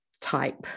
type